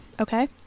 Okay